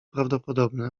prawdopodobne